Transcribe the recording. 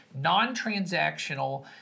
non-transactional